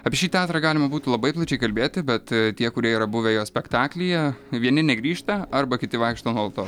apie šį teatrą galima būtų labai plačiai kalbėti bet tie kurie yra buvę jo spektaklyje vieni negrįžta arba kiti vaikšto nuolatos